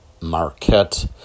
Marquette